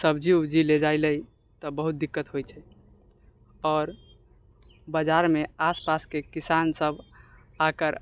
सब्जी उब्जी ले जाइ लय तऽ बहुत दिक्कत होइ छै आओर बजारमे आसपासके किसान सभ आकर